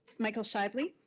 michael shively.